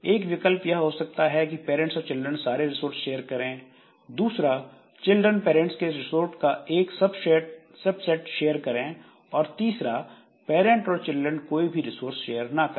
एक विकल्प यह हो सकता है कि पैरंट्स और चिल्ड्रन सारे रिसोर्स शेयर करें दूसरा चिल्ड्रन पेरेंट्स के रिसोर्स का एक सब सेट शेयर करें और तीसरा पैरंट और चिल्ड्रन कोई भी रिसोर्स शेयर ना करें